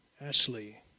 Ashley